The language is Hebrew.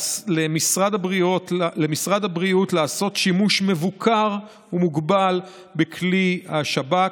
למשרד הבריאות לעשות שימוש מבוקר ומוגבל בכלי השב"כ,